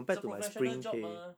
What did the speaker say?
it's a professional job mah